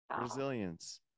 resilience